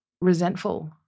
resentful